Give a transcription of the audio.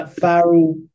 Farrell